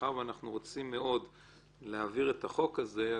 מאחר שאנחנו רוצים מאוד להעביר את החוק הזה,